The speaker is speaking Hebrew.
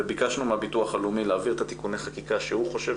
וביקשנו מהביטוח הלאומי להעביר את תיקוני החקיקה שהוא חושב